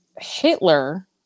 Hitler